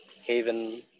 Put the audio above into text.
Haven